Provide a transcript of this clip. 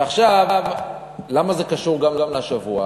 ולמה זה קשור גם לשבוע,